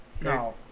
Now